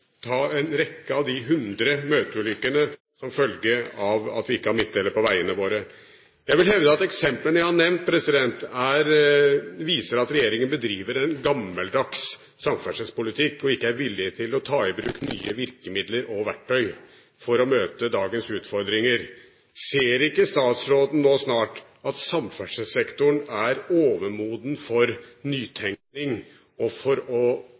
ta en rekke av de hundre møteulykkene som følge av at vi ikke har midtdelere på vegene våre. Jeg vil hevde at eksemplene jeg har nevnt, viser at regjeringen bedriver en gammeldags samferdselspolitikk og ikke er villig til å ta i bruk nye virkemidler og verktøy for å møte dagens utfordringer. Ser ikke statsråden nå snart at samferdselssektoren er overmoden for nytenkning og derigjennom å